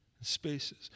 Spaces